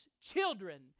children